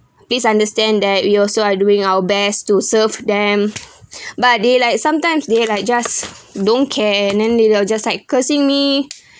please understand that we also are doing our best to serve them but they like sometimes they like just don't care and then they will just like cursing me